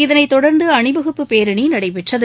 இதனைத்தொடர்ந்து அணிவகுப்பு பேரணி நடைபெற்றது